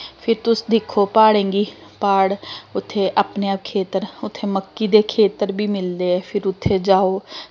फिर तुस दिक्खो प्हाड़ें गी प्हाड़ उत्थें अपने आप खेत्तर उत्थें मक्की दे खेत्तर बी मिलदे फिर उत्थै जाओ